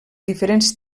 diferents